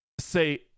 say